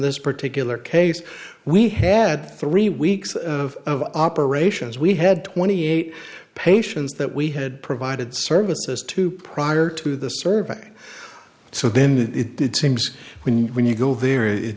this particular case we had three weeks of operations we had twenty eight patients that we had provided services to prior to the survey so then it seems when when you go there it